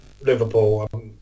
Liverpool